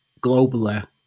globally